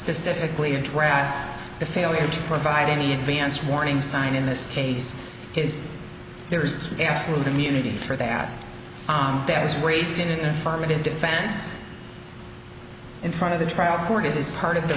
address the failure to provide any advance warning sign in this case is there's absolute immunity for that amount that was raised in an affirmative defense in front of the trial court is part of the